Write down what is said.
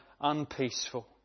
unpeaceful